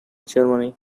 germany